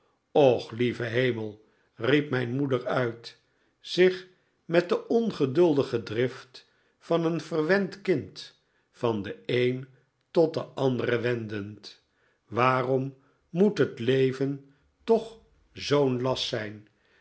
och lieve hemel riep mijn moeder uit zich met de ongeduldige drift van een verwend kind van den een tot de andere wendend waarom moet het leven toch zoo'n last zijn